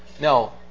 No